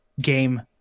game